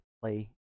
play